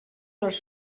les